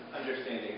understanding